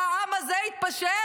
שהעם הזה יתפשר?